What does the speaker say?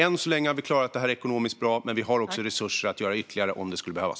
Än så länge har vi klarat det här ekonomiskt bra, men vi har också resurser att göra mer om det skulle behövas.